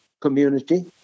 community